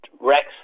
Rex